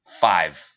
Five